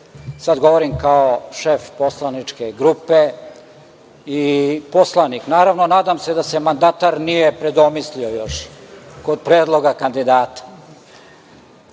sada govorim kao šef poslaničke grupe i poslanik. Naravno, nadam se da se mandatar nije predomislio još kod predloga kandidata. Program